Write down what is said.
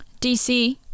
DC